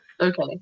Okay